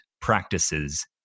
practices